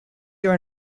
year